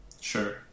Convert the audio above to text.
Sure